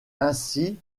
ainsi